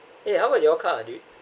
yeah how about your car dude